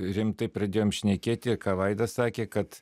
rimtai pradėjom šnekėti ką vaidas sakė kad